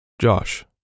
Josh